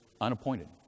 unappointed